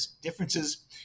differences